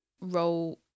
role